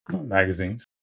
magazines